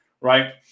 Right